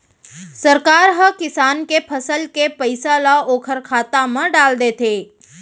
सरकार ह किसान के फसल के पइसा ल ओखर खाता म डाल देथे